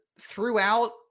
throughout